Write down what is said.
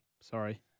sorry